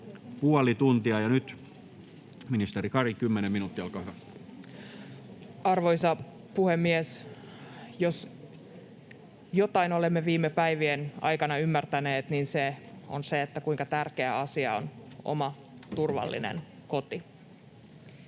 vuosiksi 2021‒2028 Time: 14:01 Content: Arvoisa puhemies! Jos jotain olemme viime päivien aikana ymmärtäneet, niin se on se, kuinka tärkeä asia on oma turvallinen koti.